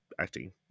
acting